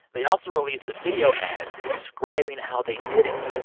they also released a video ad describing how they did it.